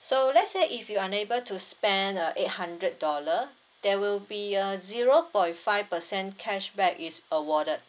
so let's say if you unable to spend uh eight hundred dollar there will be a zero point five percent cashback is awarded